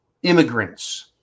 Immigrants